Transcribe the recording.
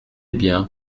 bien